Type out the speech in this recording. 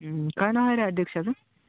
काय नाय आहे रे अध्यक्ष